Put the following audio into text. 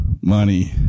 money